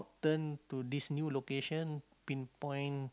turn to this new location pinpoint